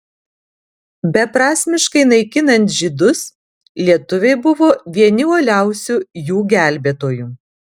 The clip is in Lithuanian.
beprasmiškai naikinant žydus lietuviai buvo vieni uoliausių jų gelbėtojų